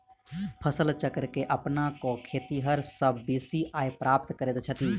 फसल चक्र के अपना क खेतिहर सभ बेसी आय प्राप्त करैत छथि